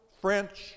French